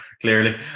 clearly